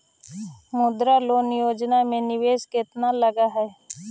मुद्रा लोन योजना में निवेश केतना लग हइ?